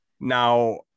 Now